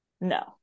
No